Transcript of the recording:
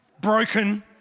broken